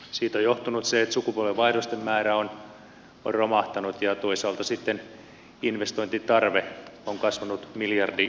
siitä on johtunut se että sukupolvenvaihdosten määrä on romahtanut ja toisaalta sitten investointitarve on kasvanut miljardiluokkaan